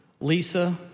Lisa